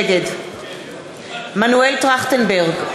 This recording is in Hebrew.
נגד מנואל טרכטנברג,